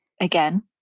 Again